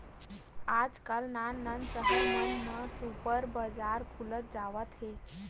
आजकाल नान नान सहर मन म सुपर बजार खुलत जावत हे